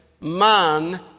man